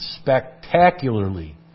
spectacularly